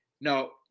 no